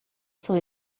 são